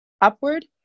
upward